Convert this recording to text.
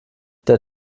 der